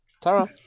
Tara